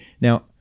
Now